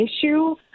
issue